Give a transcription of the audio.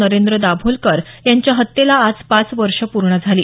नरेंद्र दाभोलकर यांच्या हत्येला आज पाच वर्षे पूर्ण झाली